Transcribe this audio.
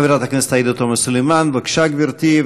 חברת הכנסת עאידה תומא סלימאן, בבקשה, גברתי.